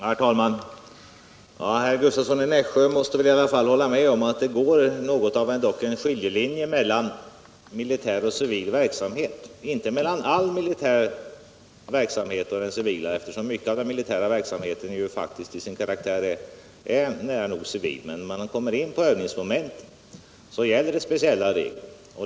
Herr talman! Herr Gustavsson i Nässjö måste väl i alla fall hålla med om att det går något av en skiljelinje mellan militär och civil verksamhet. Den går inte mellan all militär verksamhet och den civila, eftersom mycket av den militära verksamheten faktiskt till sin karaktär är nära nog civil, men när man kommer in på övningsmomenten gäller speciella regler.